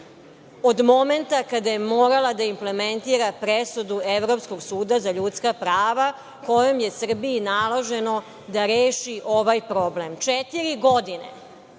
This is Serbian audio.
od momenta kada je morala da implementira presudu Evropskog suda za ljudska prava, kojom je Srbiji naloženo da reši ovaj problem. Četiri godine